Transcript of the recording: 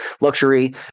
luxury